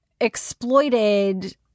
exploited